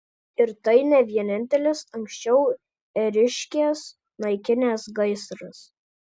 ir tai ne vienintelis anksčiau ėriškes naikinęs gaisras